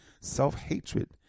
self-hatred